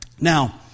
Now